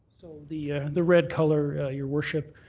so the the red colour, your worship,